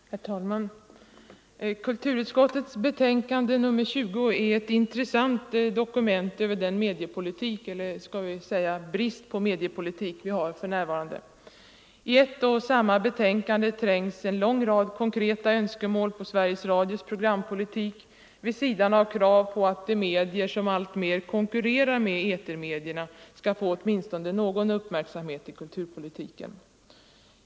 Herr talman! Kulturutskottets betänkande nr 20 är ett intressant dokument över den mediepolitik — eller skall vi säga brist på mediepolitik - som vi har för närvarande. I ett och samma betänkande trängs en lång rad konkreta önskemål i fråga om Sveriges Radios programpolitik vid sidan av krav på att de medier som alltmer konkurrerar med etermedierna skall få åtminstone någon uppmärksamhet i kulturpolitiken.